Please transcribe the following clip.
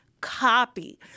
copy